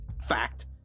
fact